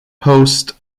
post